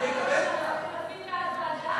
ועדה?